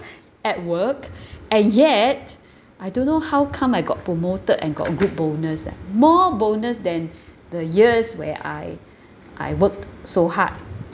at work and yet I don't know how come I got promoted and got a good bonus eh more bonus than the years where I I worked so hard